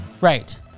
Right